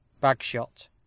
Bagshot